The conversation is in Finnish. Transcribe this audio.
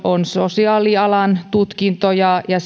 on sosiaalialan tutkinto ja ja